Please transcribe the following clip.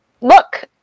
look